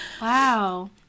Wow